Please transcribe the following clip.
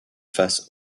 face